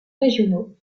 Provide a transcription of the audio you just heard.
régionaux